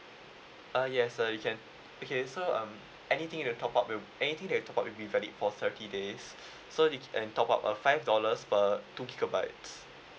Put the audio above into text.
ah yes uh you can okay so um anything you top up will anything that you top up will be valid for thirty days so you can top up uh five dollars per two gigabytes